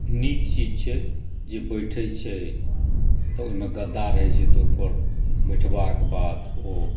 नीक चीज छियै जे बैठै छै तऽ ओहिमे गद्दा रहै छै तऽ ओहिपर बैठबाक बाद ओ